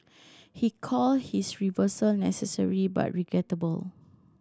he called his reversal necessary but regrettable